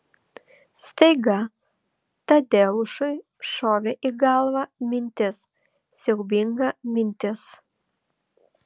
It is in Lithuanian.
staiga tadeušui šovė į galvą mintis siaubinga mintis